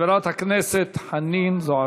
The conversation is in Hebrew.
חברת הכנסת חנין זועבי,